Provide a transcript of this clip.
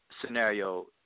scenario